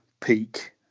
peak